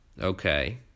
Okay